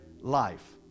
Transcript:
life